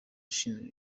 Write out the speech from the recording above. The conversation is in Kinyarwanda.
ushinzwe